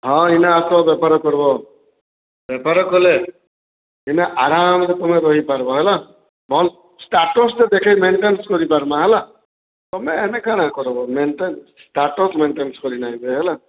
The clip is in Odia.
ହଁ ଇନେ ଆସ ବେପାର କର୍ବ ବେପାର କଲେ ଇନେ ଆରାମ୍ରେ ତମେ ରହିପାର୍ବ ହେଲା ଭଲ୍ ସ୍ଟାଟସ୍ଟେ ଦେଖେଇ ମେଣ୍ଟେନ୍ସ କରି ପାର୍ମା ହେଲା ତମେ ହେନେ କାଣା କର୍ବ ମେଣ୍ଟେନ ସ୍ଟାଟସ ମେଣ୍ଟେନସ୍ କରି ନାଇଁହୁଏ ହେଲା